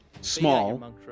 Small